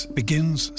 begins